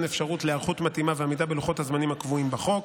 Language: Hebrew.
אפשרות להיערכות מתאימה ועמידה בלוחות הזמנים הקבועים בחוק,